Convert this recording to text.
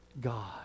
God